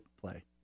play